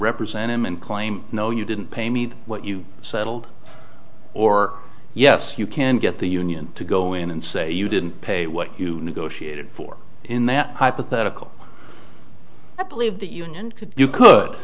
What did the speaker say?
represent him and claim no you didn't pay me what you settled or yes you can get the union to go in and say you didn't pay what you negotiated for in that hypothetical i believe the union could you could